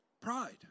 Pride